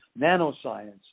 nanoscience